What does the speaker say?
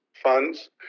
Funds